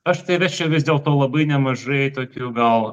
aš tai rasčiau vis dėlto labai nemažai tokių gal